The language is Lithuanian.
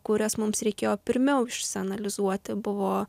kurias mums reikėjo pirmiau išsianalizuoti buvo